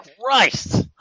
Christ